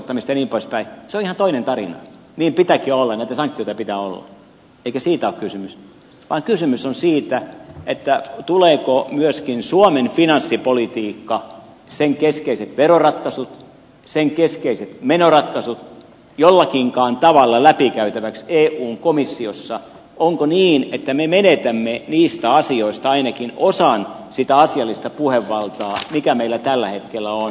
se on ihan toinen tarina niin pitääkin olla näitä sanktioita pitää olla mutta ei siitä ole kysymys vaan kysymys on siitä tuleeko myöskin suomen finanssipolitiikka sen keskeiset veroratkaisut sen keskeiset menoratkaisut jollakinkaan tavalla läpikäytäväksi eun komissiossa onko niin että me menetämme niistä asioista ainakin osan sitä asiallista puhevaltaa mikä meillä tällä hetkellä on